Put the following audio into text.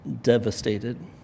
devastated